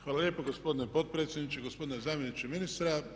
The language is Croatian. Hvala lijepa gospodine potpredsjedniče, gospodine zamjeniče ministra.